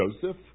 Joseph